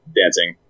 dancing